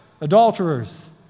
adulterers